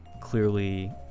clearly